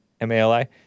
M-A-L-I